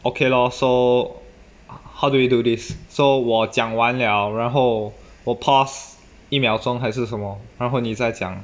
okay lor so how do we do this so 我讲完了然后我 pause 一秒钟还是什么然后你再讲